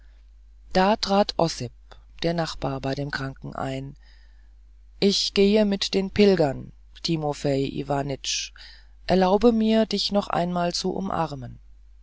da trat ossip der nachbar bei dem kranken ein ich gehe mit den pilgern timofei iwanitsch erlaube mir dich noch einmal zu umarmen